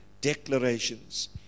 declarations